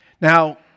Now